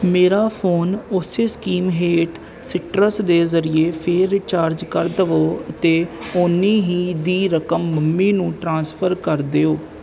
ਮੇਰਾ ਫੋਨ ਉਸੀ ਸਕੀਮ ਹੇਠ ਸੀਟਰਸ ਦੇ ਜ਼ਰੀਏ ਫੇਰ ਰਿਚਾਰਜ ਕਰ ਦੇਵੋ ਅਤੇ ਓਨੀ ਹੀ ਦੀ ਰਕਮ ਮੰਮੀ ਨੂੰ ਟ੍ਰਾਂਸਫਰ ਕਰ ਦਿਓ